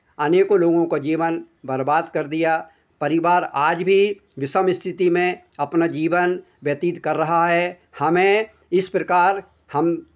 अनेकों लोगों का जीवन बर्बाद कर दिया परिवार आज भी विषम स्थिति में अपना जीवन व्यतीत कर रहा है हमें इस प्रकार हम